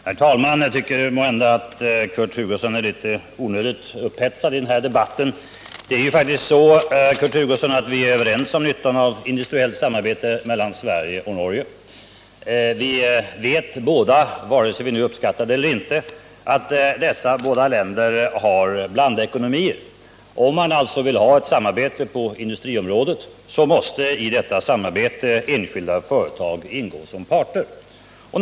Herr talman! Jag tycker att Kurt Hugosson måhända är litet onödigt upphetsad i den här debatten. Vi är ju faktiskt, Kurt Hugosson, överens om nyttan av ett industriellt samarbete mellan Sverige och Norge. Vi vet också — vare sig vi uppskattar det eller inte — att dessa båda länder har blandekonomier. Om man vill ha ett samarbete på industriområdet, så måste alltså enskilda företag ingå som parter i detta samarbete.